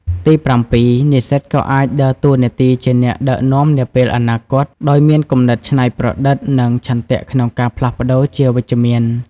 និងទីប្រាំពីរ និស្សិតក៏អាចដើរតួនាទីជាអ្នកដឹកនាំនាពេលអនាគត ដោយមានគំនិតច្នៃប្រឌិត និងឆន្ទៈក្នុងការផ្លាស់ប្ដូរជាវិជ្ជមាន។